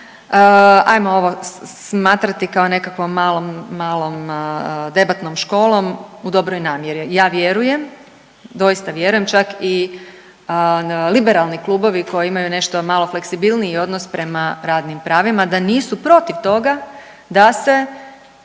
ajmo ovo smatrati kao nekakvom malom debatnom školom u dobroj namjeri. Ja vjerujem, doista vjerujem, čak i liberalni klubovi koji imaju nešto malo fleksibilniji odnos prema radnim pravima da nisu protiv toga ga se